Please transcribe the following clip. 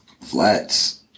flats